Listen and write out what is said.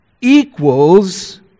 equals